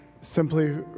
Simply